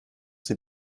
sie